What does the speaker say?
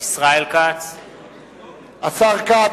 ישראל כץ,